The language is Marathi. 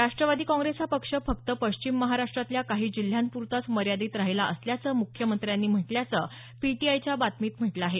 राष्ट्रवादी काँग्रेस हा पक्ष फक्त पश्चिम महाराष्ट्रातल्या काही जिल्ह्यांपूरताच मर्यादित राहिला असल्याचं मुख्यमंत्र्यांनी म्हटल्याचं पीटीआयच्या बातमीत म्हटलं आहे